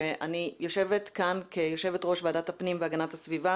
שאני יושבת כאן כיושבת ראש ועדת הפנים והגנת הסביבה